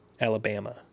Alabama